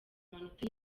amanota